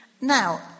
Now